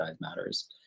matters